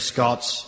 Scots